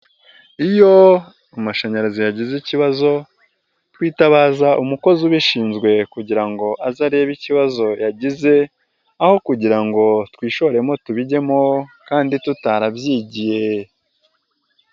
Iyo amashanyarazi yagize ikibazo twitabaza umukozi ubishinzwe kugira ngo aze arebe ikibazo yagize, aho kugira ngo twishoremo tubijyemo kandi tutarabyigiye.